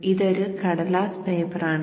ഇത് ഒരു കടലാസ് പേപ്പർ ആണ്